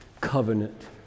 covenant